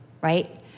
right